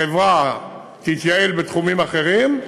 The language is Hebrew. החברה תתייעל בתחומים אחרים,